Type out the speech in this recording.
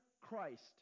Christ